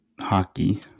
hockey